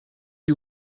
you